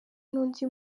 n’undi